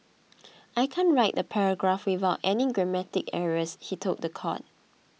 I can't write a paragraph without any grammatical errors he told the court